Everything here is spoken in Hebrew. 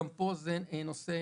גם פה זה נושא